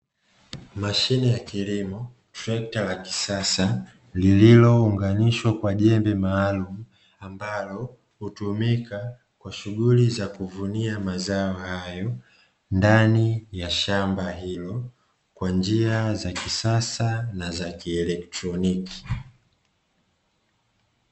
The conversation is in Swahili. Mashine ya kilimo, trekta la kisasa lililounganishwa kwa jembe maalumu, ambalo hutumika kwa shughuli za kuvunia mazao hayo, ndani ya shamba hilo kwa njia za kisasa na za kieletroniki.